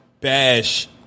bash